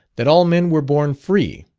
that all men were born free,